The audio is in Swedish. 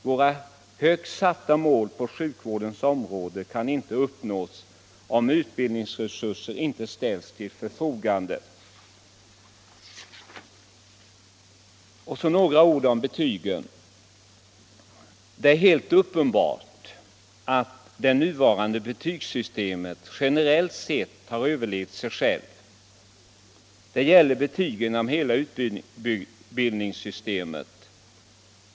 Våra högt satta mål på sjukvårdens område kan inte uppnås, om utbildningsresurser inte ställs till förfogande. Och så några ord om betygen! Det är helt uppenbart att det nuvarande betygssystemet generellt sett har överlevt sig självt. Det gäller betyg inom hela utbildningssystemet.